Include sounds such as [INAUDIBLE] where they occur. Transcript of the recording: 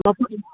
[UNINTELLIGIBLE]